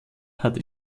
hat